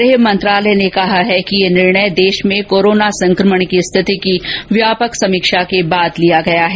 गृह मंत्रालय ने कहा कि यह निर्णय देश में कोरोना संक्रमण की स्थिति की व्यापक समीक्षा के बाद लिया गया है